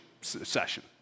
session